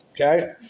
Okay